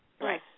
right